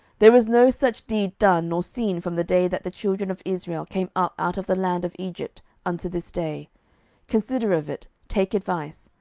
there was no such deed done nor seen from the day that the children of israel came up out of the land of egypt unto this day consider of it, take advice,